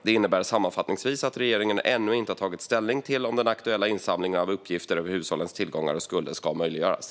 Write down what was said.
Det innebär sammanfattningsvis att regeringen ännu inte har tagit ställning till om den aktuella insamlingen av uppgifter över hushållens tillgångar och skulder ska möjliggöras.